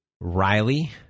Riley